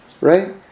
Right